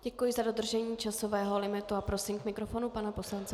Děkuji za dodržení časového limitu a prosím k mikrofonu pana poslance Benešíka.